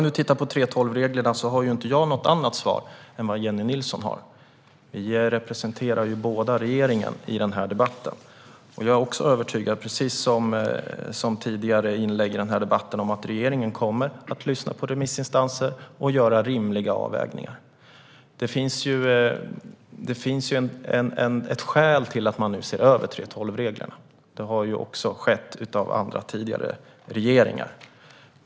Vad gäller 3:12-reglerna har inte jag något annat svar än vad Jennie Nilsson har. Vi representerar ju båda regeringen i denna debatt. Jag är övertygad om att regeringen kommer att lyssna på remissinstanserna och göra rimliga avvägningar, vilket också har nämnts tidigare i den här debatten. Det finns ju skäl till att man nu ser över 3:12-reglerna. Även tidigare regeringar har gjort detta.